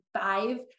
five